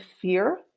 fear